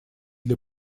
для